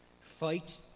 Fight